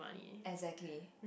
exactly